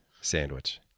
sandwich